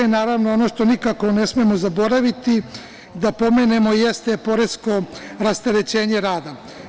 Naravno, ono što nikako ne smemo zaboraviti da pomenemo jeste poresko rasterećenje rada.